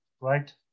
right